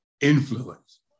influence